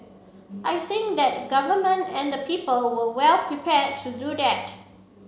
I think that Government and the people were well prepared to do that